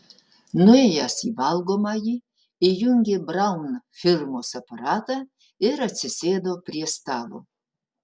nuėjęs į valgomąjį įjungė braun firmos aparatą ir atsisėdo prie stalo